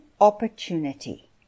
opportunity